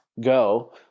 go